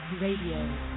Radio